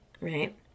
Right